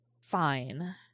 fine